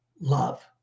Love